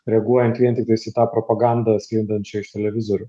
reaguojant vien tiktais i tą propagandą sklindančią iš televizorių